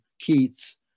Keats